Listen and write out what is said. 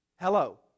Hello